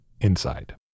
inside